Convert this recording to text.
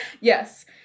yes